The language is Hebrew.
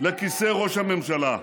לכיסא ראש הממשלה,